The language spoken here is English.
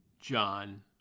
John